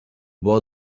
bord